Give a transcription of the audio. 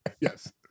yes